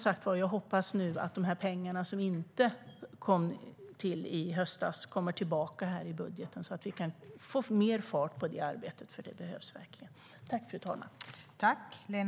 Jag hoppas nu att de pengar som inte anslogs i höstas kommer tillbaka i budgeten, så att vi kan få mer fart på det arbetet, för det behövs verkligen.